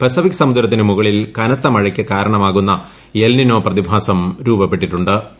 Pacific സമുദ്രത്തിന് മുകളിൽ കനത്ത മഴയ്ക്ക് കാരണമാകുന്ന എൽനിനോ പ്രതിഭാസം രൂപപ്പെട്ടിട്ടു ്